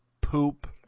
poop